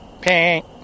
pink